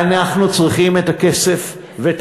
ואנחנו צריכים את הכסף, יש סדרי עדיפויות לממשלה.